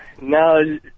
No